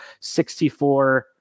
64